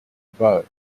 bow